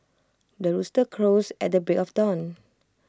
the rooster crows at the break of dawn